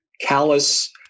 callous